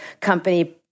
company